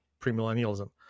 premillennialism